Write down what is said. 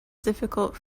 difficult